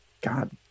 God